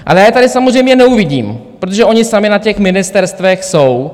Ale já je tady samozřejmě neuvidím, protože oni sami na těch ministerstvech jsou.